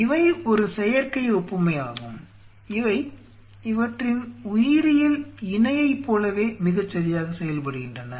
இவை ஒரு செயற்கை ஒப்புமை ஆகும் இவை இவற்றின் உயிரியல் இணையைப் போலவே மிகச்சரியாக செயல்படுகின்றன